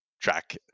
track